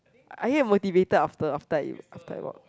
I get motivated after after I after I walk